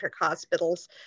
hospitals